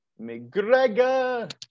mcgregor